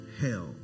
hell